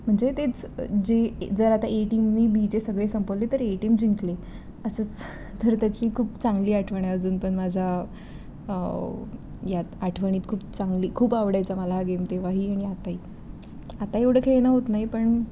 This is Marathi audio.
म्हणजे तेच जे जर आता ए टीमने बीचे सगळे संपवले तर ए टीम जिंकली असंच तर त्याची खूप चांगली आठवण आहे अजून पण माझ्या यात आठवणीत खूप चांगली खूप आवडायचा मला हा गेम तेव्हा ही आणि आताही आता एवढं खेळणं होत नाही पण